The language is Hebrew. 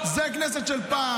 אני מסכים לחלוטין.